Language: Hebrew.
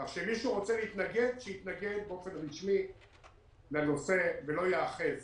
כך שמי שרוצה להתנגד שיתנגד באופן רשמי לנושא ולא ייאחז